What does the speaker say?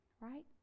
right